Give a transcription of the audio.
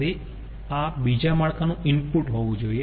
તેથી આ બીજા માળખા નું ઈનપુટ હોવું જોઈએ